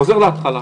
אני חוזר להתחלה,